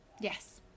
Yes